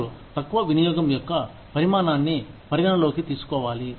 వారు తక్కువ వినియోగం యొక్క పరిమాణాన్ని పరిగణలోకి తీసుకోవాలి